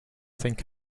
think